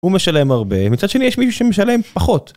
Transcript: הוא משלם הרבה מצד שני יש מישהו שמשלם פחות.